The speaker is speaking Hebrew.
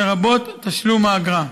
לרבות תשלום אגרה.